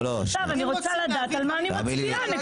פשוטה ואני רוצה לדעת על מה אני מצביעה,